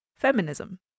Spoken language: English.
Feminism